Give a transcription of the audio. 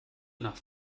nach